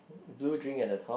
blue drink at the top